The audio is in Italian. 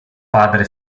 padre